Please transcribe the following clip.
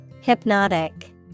Hypnotic